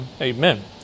Amen